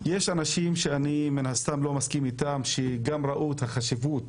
יש אנשים שאני מן הסתם לא מסכים איתם שגם ראו את החשיבות